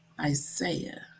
Isaiah